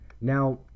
Now